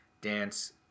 dance